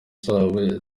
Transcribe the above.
zabo